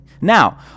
Now